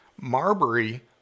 Marbury